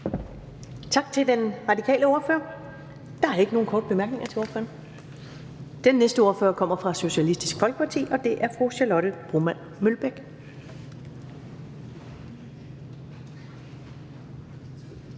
Tak til den radikale ordfører. Der er ikke nogen korte bemærkninger til ordføreren. Den næste ordfører kommer fra Socialistisk Folkeparti, og det er fru Charlotte Broman Mølbæk.